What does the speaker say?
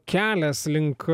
kelias link